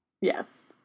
Yes